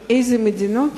עם איזה מדינות